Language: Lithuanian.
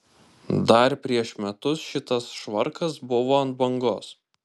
dar prieš metus šitas švarkas buvo ant bangos